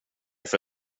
för